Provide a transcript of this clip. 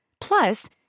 Plus